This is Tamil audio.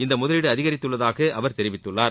இந்த முதலீடு அதிகரித்துள்ளதாக அவர் தெரிவித்துள்ளார்